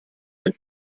del